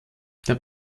der